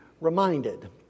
reminded